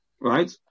right